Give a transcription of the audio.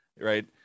right